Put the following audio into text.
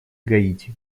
гаити